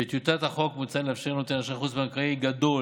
בטיוטת החוק מוצע לאפשר לנותן אשראי חוץ-בנקאי גדול